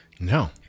No